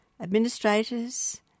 administrators